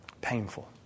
Painful